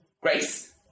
Grace